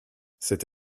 cette